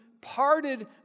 parted